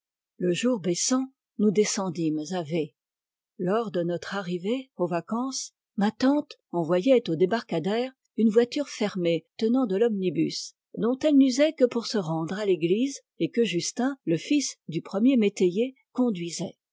le jour baissant nous descendîmes à v lors de notre arrivée aux vacances ma tante envoyait au débarcadère une voiture fermée tenant de l'omnibus dont elle n'usait que pour se rendre à l'église et que justin le fils du premier métayer conduisait